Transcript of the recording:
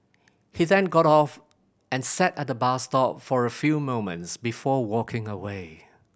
he then got off and sat at the bus stop for a few moments before walking away